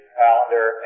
calendar